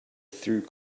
through